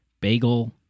bagel